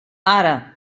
ara